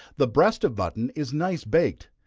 the breast of mutton is nice baked.